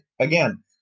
again